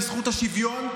בזכות השוויון,